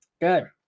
Good